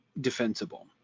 defensible